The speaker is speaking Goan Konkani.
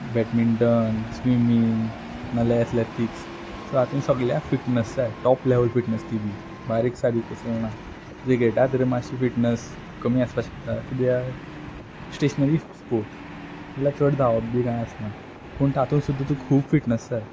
बॅडमिंटन स्विमींग नाल्या एथलॅटिक्स सो आत म्ह सगल्याक फिटनस जाय टॉप लॅवल फिटनस ती बी बारीक सारीक चलना क्रिकेटा तरी माश्शी फिटनस कमी आसपा शकता किद्या स्टेशनरी स्पोट म्हळ्ळ्या चड धावप बी कांय आसना पूण तातूंत सुद्दां तुक खूब फिटनस जाय